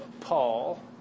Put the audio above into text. Paul